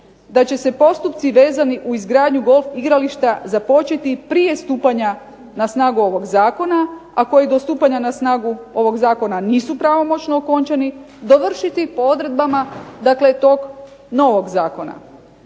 da će se postupci vezani u izgradnju golf igrališta započeti prije stupanja na snagu ovog zakona, a koji do stupanja na snagu ovog zakona nisu pravomoćno okončani, dovršiti po odredbama dakle tog novog zakona.